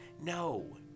No